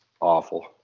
awful